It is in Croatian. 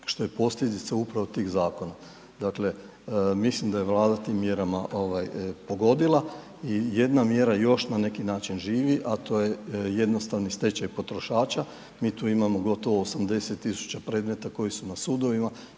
što je posljedica upravo tih zakona dakle, mislim da je Vlada tim mjerama pogodila. I jedna mjera još na neki način živi, a to je jednostavni stečaj potrošača. Mi tu imamo gotovo 80 tisuća predmeta koji su na sudovima